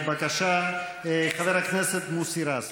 בבקשה, חבר הכנסת מוסי רז.